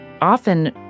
often